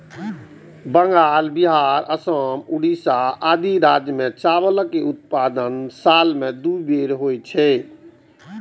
बंगाल, बिहार, असम, ओड़िशा आदि राज्य मे चावल के उत्पादन साल मे दू बेर होइ छै